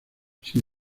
sin